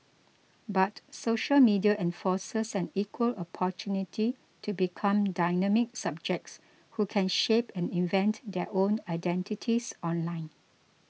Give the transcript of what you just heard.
but social media enforces an equal opportunity to become dynamic subjects who can shape and invent their own identities online